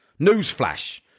Newsflash